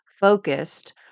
focused